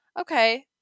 okay